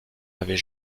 avait